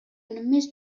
només